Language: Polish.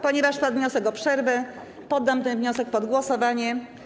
Ponieważ padł wniosek o przerwę, poddam ten wniosek pod głosowanie.